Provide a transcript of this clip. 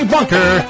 Bunker